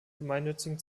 gemeinnützigen